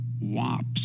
wops